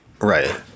Right